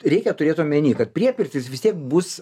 reikia turėt omeny kad priepirtis vis tiek bus